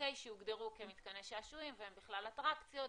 שהוגדרו כמתקני שעשועים והם בכלל אטרקציות.